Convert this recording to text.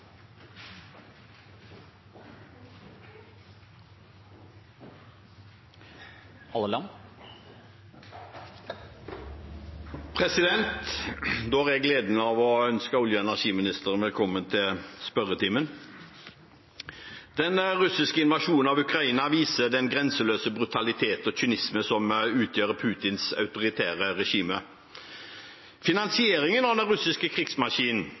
å ønske olje- og energiministeren velkommen til spørretimen. Den russiske invasjonen av Ukraina viser den grenseløse brutaliteten og kynismen som utgjør Putins autoritære regime. Finansieringen av den russiske krigsmaskinen